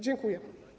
Dziękuję.